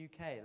UK